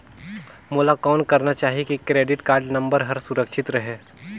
मोला कौन करना चाही की क्रेडिट कारड नम्बर हर सुरक्षित रहे?